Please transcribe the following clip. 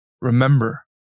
Remember